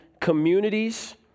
communities